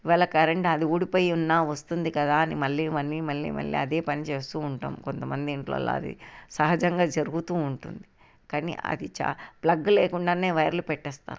వాళ్ళ కరెంట్ అది ఊడిపోయి ఉన్నా వస్తుంది కదా అని మళ్ళీ మళ్ళీ మళ్ళీ మళ్ళీ అదే పని చేస్తూ ఉంటాము కొంతమంది ఇళ్ళలో అది సహజంగా జరుగుతూ ఉంటుంది కానీ అది చా ప్లగ్ లేకుండానే వైర్లు పెట్టేస్తారు